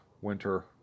winter